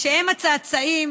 שהם צאצאיהם